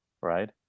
right